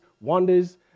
wonders